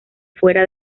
fuera